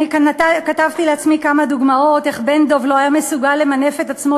אני כאן כתבתי לעצמי כמה דוגמאות: איך בן-דב לא היה מסוגל למנף את עצמו